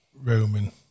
Roman